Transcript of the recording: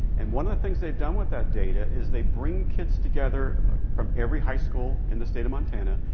and one of the things they've done with that data is they bring kids together from every high school in the state of montana,